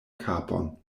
kapon